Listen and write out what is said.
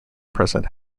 present